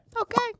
Okay